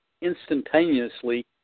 instantaneously